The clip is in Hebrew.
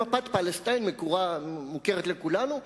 מפת פלסטיין מוכרת לכולנו,